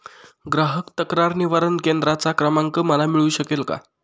ग्राहक तक्रार निवारण केंद्राचा क्रमांक मला मिळू शकेल का?